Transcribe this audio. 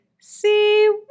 See